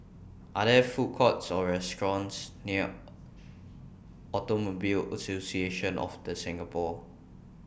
Are There Food Courts Or restaurants near Automobile Association of The Singapore